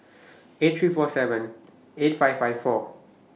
eight three four seven eight five five four